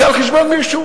זה על חשבון מישהו.